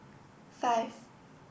five